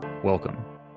Welcome